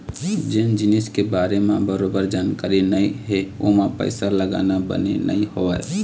जेन जिनिस के बारे म बरोबर जानकारी नइ हे ओमा पइसा लगाना बने नइ होवय